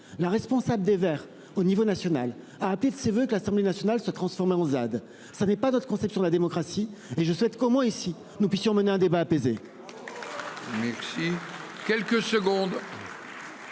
La responsable des Verts au niveau national a appelé de ses voeux que l'Assemblée nationale se transformer ZAD. Ça n'est pas notre conception de la démocratie et je souhaite comment ici nous puissions mener un débat apaisé.